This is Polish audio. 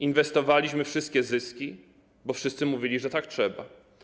Inwestowaliśmy wszystkie zyski, bo wszyscy mówili, że tak trzeba.